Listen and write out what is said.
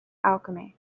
alchemy